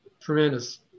tremendous